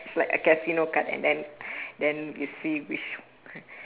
it's like a casino card and then then you see which